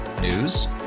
News